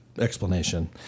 explanation